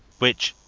which,